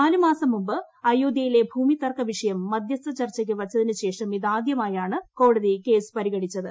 നാല് മാസം മുമ്പ് അയോധൃയിലെ ഭൂമി തർക്ക വിഷയം മധ്യസ്ഥ ചർച്ചയ്ക്ക് വച്ചതിന് ശേഷം ഇതാദ്യമായാണ് കോടതി കേസ് പരിഗണിച്ചത്